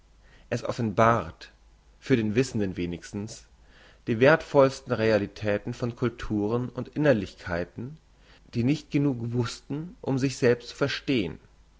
es offenbart für den wissenden wenigstens die werthvollsten realitäten von culturen und innerlichkeiten die nicht genug wussten um sich selbst zu verstehn